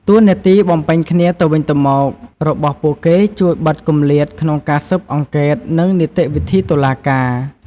តួនាទីបំពេញគ្នាទៅវិញទៅមករបស់ពួកគេជួយបិទគម្លាតក្នុងការស៊ើបអង្កេត និងនីតិវិធីតុលាការ។